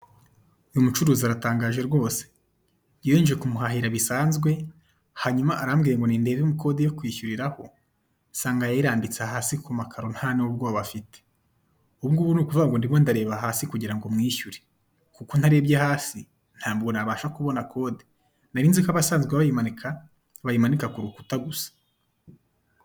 Uyu mucuruzi aratangaje rwose! Njyewe nje kumuhahira bisanzwe, hanyuma arambwiye ngo nindebe kode yo kwishyuriraho, nsanga yayirambitse hasi ku makaro, nta n'ubwoba afite. Ubu ngubu ni ukuvuga ngo ndimo ndareba hasi kugira ngo mwishyure, kuko ntarebye hasi ntabwo nabasha kubona kode. Nari nzi ko abasanzwe bayimanika, bayimanika ku rukuta gusa.